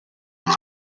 his